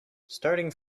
starting